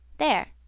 there.